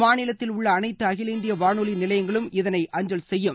மாநிலத்தில் உள்ள அனைத்து அகில இந்திய வானொலி நிலையங்களும் இதனை அஞ்சல் செய்யும்